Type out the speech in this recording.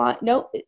no